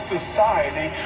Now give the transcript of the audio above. Society